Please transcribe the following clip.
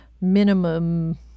minimum